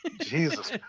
Jesus